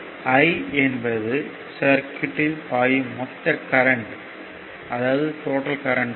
I என்பது சர்க்யூட்யில் பாயும் மொத்த கரண்ட் ஆகும்